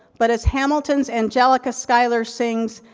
but as hamilton's angelica skyler sings,